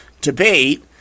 debate